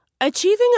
Achieving